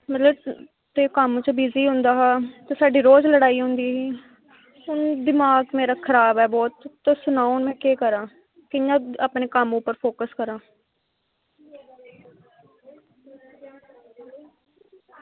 ते जेल्लै ओह् कम्म च बिज़ी होंदा हा ते साढ़ी रोज़ लड़ाई होंदी ही ते दमाग मेरा खराब ऐ बहुत तुस सनाओ में केह् करां कियां अपने कम्म उप्पर फोक्स करां